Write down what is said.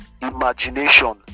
imagination